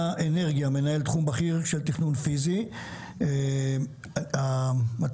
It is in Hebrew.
מנהל תחום בכיר של תכנון פיזי, משרד האנרגיה.